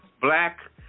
black